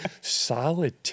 Solid